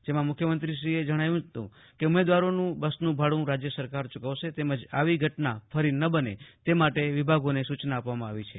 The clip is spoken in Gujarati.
જેમાં મુખ્યમંત્રીએ જણાવ્યું હતું કે ઉમેદવારોનું બસનું ભાડુ રાજ્ય સરકાર ચુકવશે તેમજ આવી ઘટના ફરી ન બને તે માટે વિભાગોને સુચના આપવામાં આવી છે